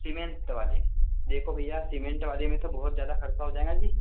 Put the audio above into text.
cement वाली देखो भैया सीमेंट वाली में तो बहुत ज़्यादा खर्चा हो जाएगा जी